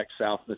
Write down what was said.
South